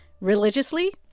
religiously